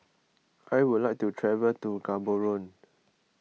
I would like to travel to Gaborone